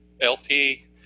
LP